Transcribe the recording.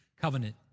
covenant